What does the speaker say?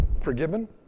forgiven